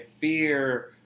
Fear